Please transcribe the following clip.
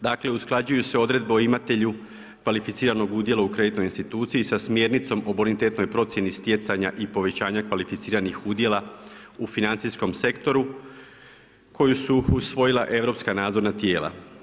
Dakle, usklađuju se odredbe o imatelju kvalificiranog udjela u kreditnoj instituciji sa smjernicom o bonitetnoj procjeni stjecanja i povećanja kvalificiranih udjela u financijskom sektoru koju su usvojila europska nadzorna tijela.